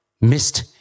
missed